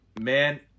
man